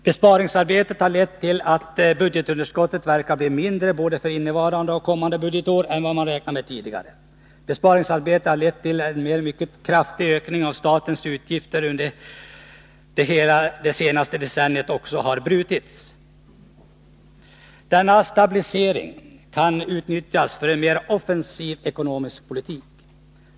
Besparingsarbetet har lett till att budgetunderskottet verkar bli mindre för både innevarande och kommande budgetår än vad man räknat med tidigare, och den mycket kraftiga ökningen av statens utgifter under hela det senaste decenniet har brutits. Denna stabilisering kan utnyttjas för en mer offensiv ekonomisk politik.